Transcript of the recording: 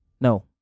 no